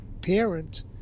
parent